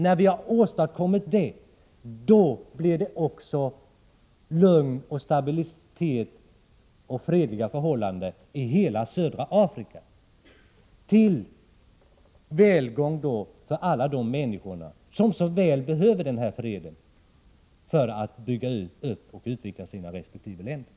När vi har åstadkommit det, då blir det också lugn och stabilitet och fredliga förhållanden i hela södra Afrika, till välgång för alla de människor där som så väl behöver denna fred för att bygga upp och utveckla sina respektive länder.